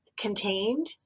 contained